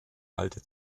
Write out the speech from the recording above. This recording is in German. alte